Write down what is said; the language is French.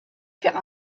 faire